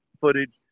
footage